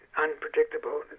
unpredictable